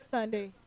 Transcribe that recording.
Sunday